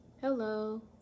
hello